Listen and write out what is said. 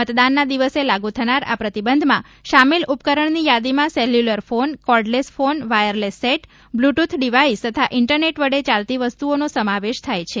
મતદાનના દિવસે લાગુ થનાર આ પ્રતિબંધમાં સામેલ ઉપકરણની યાદીમાં cellular phone cordless phone wireless set bluetooth device તથા ઇન્ટરનેટ વડે ચાલતી વસ્તુઓનો સમાવેશ થાય છે